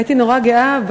הייתי נורא גאה,